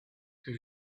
que